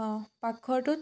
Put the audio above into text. অঁ পাকঘৰটোত